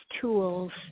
tools